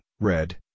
red